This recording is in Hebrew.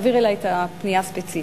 שתעביר אלי את הפנייה הספציפית.